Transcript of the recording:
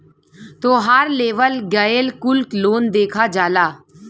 तोहार लेवल गएल कुल लोन देखा जाला